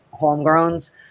homegrowns